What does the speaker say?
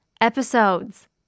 episodes